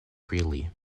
freely